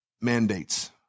mandates